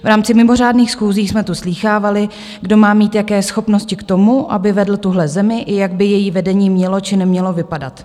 V rámci mimořádných schůzí jsme tu slýchávali, kdo má mít jaké schopnosti k tomu, aby vedl tuhle zemi, i jak by její vedení mělo či nemělo vypadat.